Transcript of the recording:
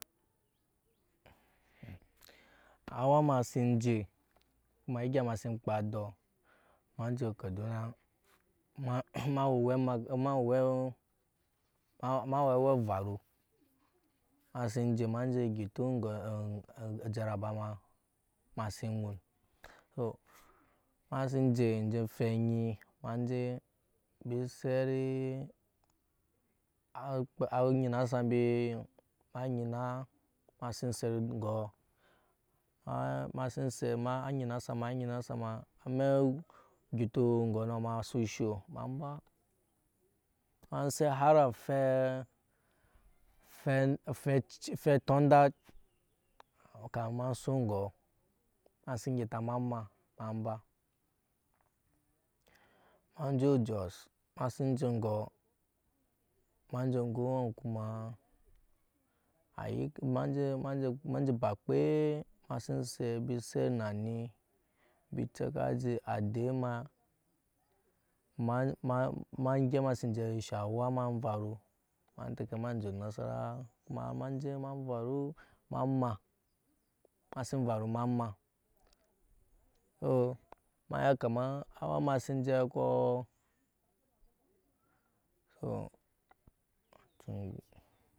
Awa ema sn je ne egya ema si kpa edɔɔ ema je kaduna ema we owe evanu ema sin je ema je enje gyɛta ojara ba ma ema sin ŋun ema si je enje ofe nyi ema enje anyina sa ma anyina sa ma amɛk egyetu ŋgɔnɔ ama so show ma ba ma set hari afe tundat kamin ma son ŋgɔɔ ema si gyɛta ema ma ema ba ema enje jos ema si je ŋgɔ ma oŋge okun ma ema enje ebakpe ema si se embi set na ni mbi eceka uji adee ema ma gyep ema si je esha awa ma envaru ma teke mana ema nasarawa kuma ma enje ma varu ma ema si envary ema ma so ema ya kama awa ema si enje kɔ.